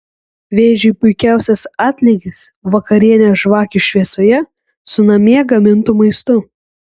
vėžiui puikiausias atlygis vakarienė žvakių šviesoje su namie gamintu maistu